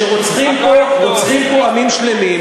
רוצחים פה עמים שלמים.